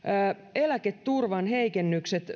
eläketurvan heikennykset